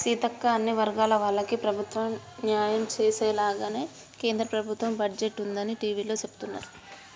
సీతక్క అన్ని వర్గాల వాళ్లకి ప్రభుత్వం న్యాయం చేసేలాగానే కేంద్ర ప్రభుత్వ బడ్జెట్ ఉందని టివీలో సెబుతున్నారు